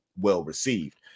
well-received